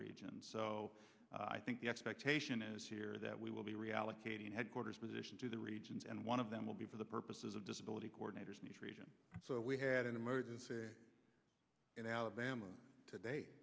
regions so i think the expectation is here that we will be reallocating headquarters position to the regions and one of them will be for the purposes of disability coordinators need region so we had an emergency in alabama today